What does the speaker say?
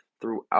throughout